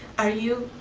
are you,